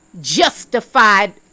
justified